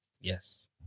Yes